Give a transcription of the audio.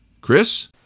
Chris